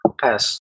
pass